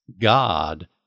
God